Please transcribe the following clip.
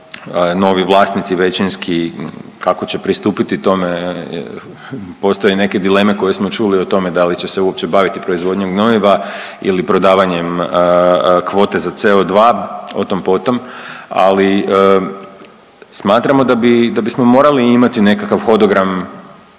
novi vlasnici, većinski, kako će pristupiti tome, postoje neke dileme koje smo čuli o tome da li će se uopće baviti proizvodnjom gnojiva ili prodavanjem kvote za CO2, o tom potom, ali smatramo da bi, da bismo morali imati nekakav hodogram,